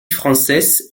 frances